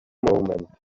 moment